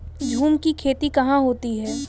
झूम की खेती कहाँ होती है?